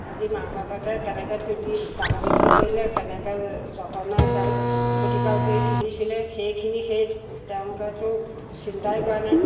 আজি মাক বাপেকে কেনেকৈ তুলি ডাঙৰ দীঘল কৰিলে কেনেকৈ যতনেৰে তেওঁক প্ৰতিপাল কৰি তুলিছিলে সেইখিনি সেই তেওঁলোকেতো চিন্তাই কৰা নাই